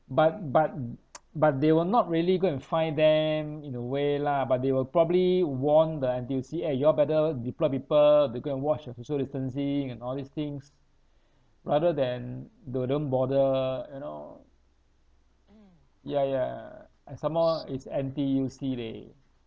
but but but they will not really go and find them in a way lah but they will probably warn the N_T_U_C eh you all better deploy people to go and watch the social distancing and all these things rather than they don't bother you know ya ya and some more it's N_T_U_C leh